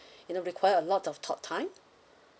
you know require a lot of talk time